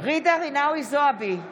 ג'ידא רינאוי זועבי,